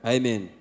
Amen